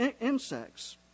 insects